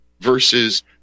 Versus